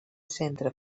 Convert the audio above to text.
centre